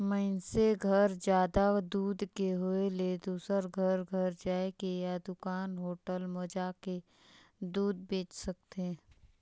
मइनसे घर जादा दूद के होय ले दूसर घर घर जायके या दूकान, होटल म जाके दूद बेंच सकथे